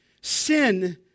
Sin